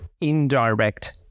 indirect